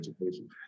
education